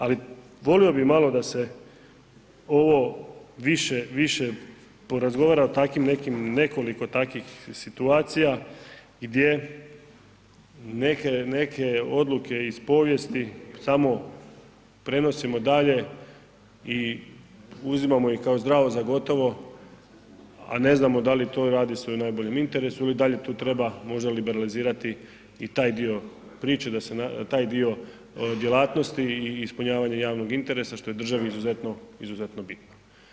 Ali volio bi malo da se ovo više, više porazgovara o takvim nekim, nekoliko takvih situacija gdje neke odluke iz povijesti samo prenosimo dalje i uzimamo ih zdravo za gotovo, a ne znamo da li to radi sve u najboljem interesu i da li tu treba možda liberalizirati i taj dio priče da se taj dio djelatnosti i ispunjavanje javnog interesa što je državi izuzetno, izuzetno bitno.